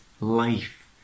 life